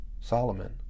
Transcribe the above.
Solomon